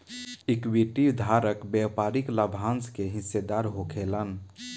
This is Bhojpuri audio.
इक्विटी धारक व्यापारिक लाभांश के हिस्सेदार होखेलेन